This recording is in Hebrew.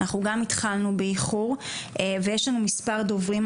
התחלנו באיחור ויש לנו מספר דוברים.